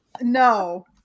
no